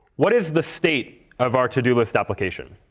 what is the state of our to-do list application?